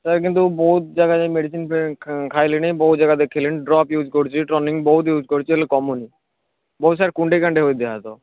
sir କିନ୍ତୁ ବହୁତ ଯାଗାରେ ମେଡ଼ିସିନ୍ ଫେ ଖାଇଲିଣି ବହୁତ ଜାଗାରେ ଦେଖାଇଲିଣି ଡ୍ରପ୍ ୟୁଜ୍ କରୁଛି ଟନିକ୍ ବହୁତ ୟୁଜ୍ କରୁଛି ହେଲେ କମୁନି ବହୁତ ସାରା କୁଣ୍ଡେଇ କାଣ୍ଡେଇ ହେଉଛି ଦେହ ହାତ